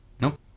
Nope